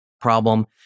problem